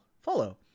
follow